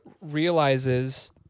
Realizes